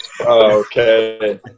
Okay